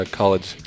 college